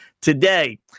Today